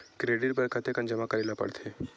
Credit बर कतेकन जमा करे ल पड़थे?